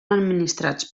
administrats